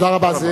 תודה רבה.